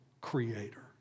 creator